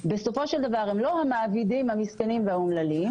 בסופו של דבר הם לא המעבידים המסכנים והאומללים,